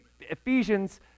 Ephesians